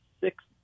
six